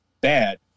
bad